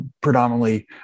predominantly